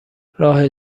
راه